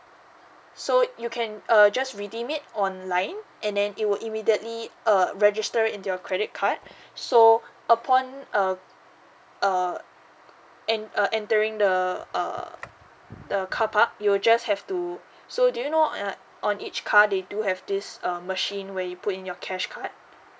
so you can uh just redeem it online and then it would immediately uh register in your credit card so upon uh uh en~ uh entering the uh the carpark you'll just have to so do you know err on each car they do have this um machine where you put in your cash card